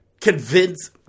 convince